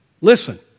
listen